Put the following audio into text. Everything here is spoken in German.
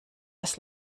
was